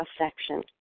affection